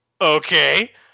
okay